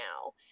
now